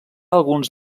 alguns